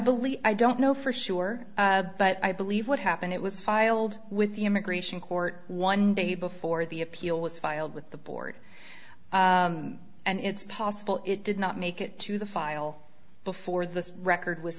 believe i don't know for sure but i believe what happened it was filed with the immigration court one day before the appeal was filed with the board and it's possible it did not make it to the file before the record was